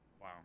Wow